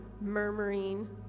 murmuring